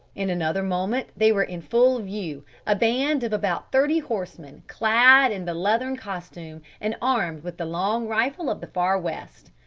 in another moment they were in full view a band of about thirty horsemen, clad in the leathern costume, and armed with the long rifle of the far west.